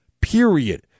Period